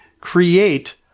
create